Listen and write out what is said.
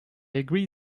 agree